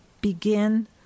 begin